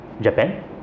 Japan